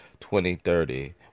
2030